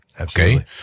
okay